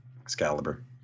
Excalibur